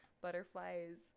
butterflies